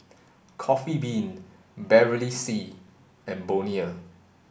Coffee Bean Bevy C and Bonia